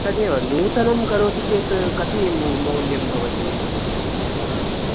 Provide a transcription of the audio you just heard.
तदेव नूतनं करोति चेत् कति मू मौल्यं भवति आम्